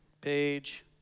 page